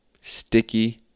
sticky